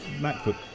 Macbook